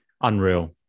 unreal